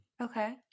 okay